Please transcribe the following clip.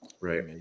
Right